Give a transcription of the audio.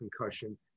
concussion